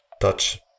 touch